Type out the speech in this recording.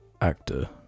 actor